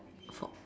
for